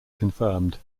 confirmed